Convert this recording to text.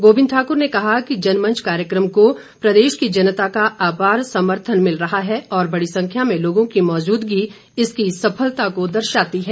गोबिंद ठाकुर ने कहा कि जनमंच कार्यक्रम को प्रदेश की जनता का आपार समर्थन मिल रहा है और बड़ी संख्या में लोगों की मौजूदगी इसकी सफलता को दर्शाती है